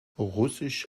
russisch